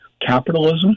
capitalism